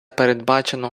передбачено